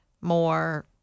more